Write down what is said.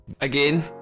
Again